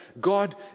God